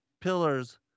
pillars